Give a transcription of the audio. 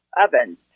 ovens